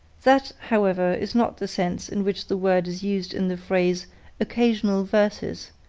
that, however, is not the sense in which the word is used in the phrase occasional verses,